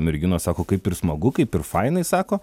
merginos sako kaip ir smagu kaip ir fainai sako